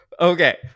Okay